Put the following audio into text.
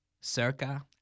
Circa